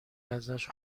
ازش